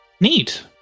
Neat